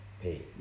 pay